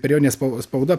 periodinė spau spauda